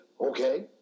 okay